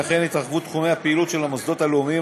ולכן התרחבו תחומי הפעילות של המוסדות הלאומיים